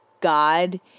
God